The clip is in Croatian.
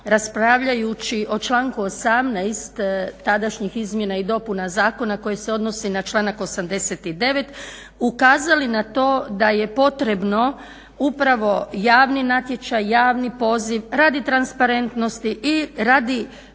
raspravljajući o članku 18. tadašnjih izmjena i dopuna Zakona koje se odnosi na članak 89. ukazali na to da je potrebno upravo javni natječaj, javni poziv radi transparentnosti i radi